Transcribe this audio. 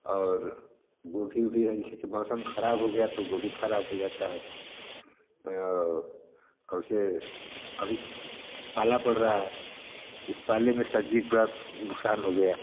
और गोभी ऊभी है जैसे कि मौसम ख़राब हो गया तो गोभी ख़राब हो जाता है वैसे अभी पाला पड़ रहा है इस पाले में सब्ज़ी पूरा नुकसान हो गया